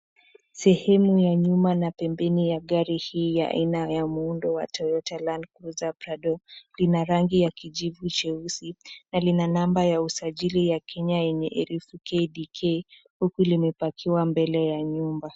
Sehemu ya nyuma na pembeni ya gari hii ya aina ya muundo wa Toyota (cs)Landcruiser Prado(cs) ina rangi ya kijivu cheusi na lina namba ya usajili ya Kenya yenye herufi KDK huku limepakiwa mbele ya nyumba.